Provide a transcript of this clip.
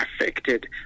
affected